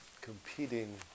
competing